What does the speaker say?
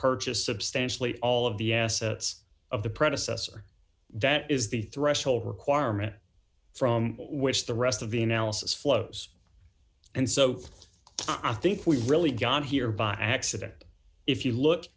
purchase substantially all of the assets of the predecessor that is the threshold requirement from which the rest of the analysis flows and so i think we really got here by accident if you look